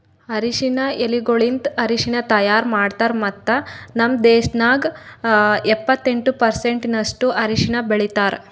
ಅರಶಿನ ಎಲಿಗೊಳಲಿಂತ್ ಅರಶಿನ ತೈಯಾರ್ ಮಾಡ್ತಾರ್ ಮತ್ತ ನಮ್ ದೇಶದಾಗ್ ಎಪ್ಪತ್ತೆಂಟು ಪರ್ಸೆಂಟಿನಷ್ಟು ಅರಶಿನ ಬೆಳಿತಾರ್